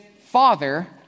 father